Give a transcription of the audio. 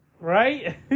Right